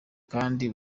kandi